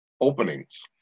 openings